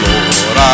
Lord